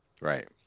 Right